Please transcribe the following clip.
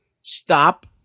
Stop